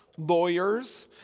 Lawyers